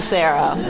Sarah